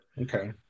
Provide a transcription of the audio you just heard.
Okay